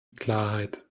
klarheit